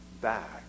back